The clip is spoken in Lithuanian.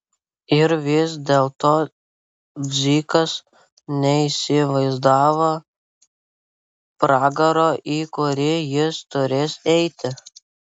ir vis dėlto dzikas neįsivaizdavo pragaro į kurį jis turės eiti